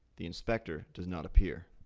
the inspector does not appear.